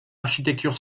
architecture